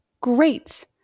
great